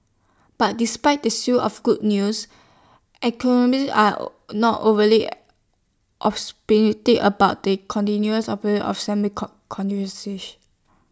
but despite the sew of good news are not overly about the continuous